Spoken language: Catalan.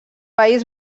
país